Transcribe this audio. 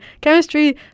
Chemistry